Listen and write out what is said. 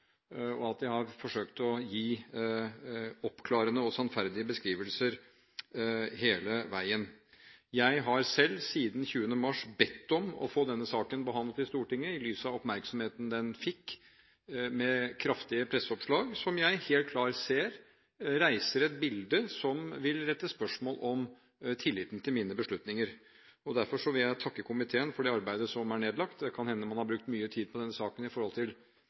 er belyst. Jeg har forsøkt å gi oppklarende og sannferdige beskrivelser hele veien. Jeg har selv siden 20. mars bedt om å få denne saken behandlet i Stortinget, i lys av oppmerksomheten den fikk, med kraftige presseoppslag som jeg helt klart ser reiser et bilde som vil stille spørsmål om tilliten til mine beslutninger. Derfor vil jeg takke komiteen for det arbeidet som er nedlagt. Det kan hende man har brukt mye tid på denne saken i forhold til